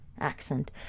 accent